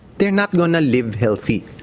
they're not going to live healthy.